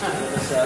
כבוד השר.